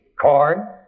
corn